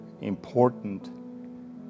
important